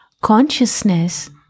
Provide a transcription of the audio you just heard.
Consciousness